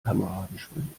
kameradenschwein